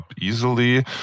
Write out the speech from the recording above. easily